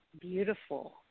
Beautiful